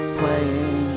playing